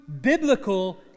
biblical